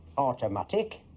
automatic,